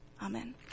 Amen